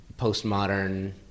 postmodern